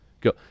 Go